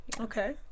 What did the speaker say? okay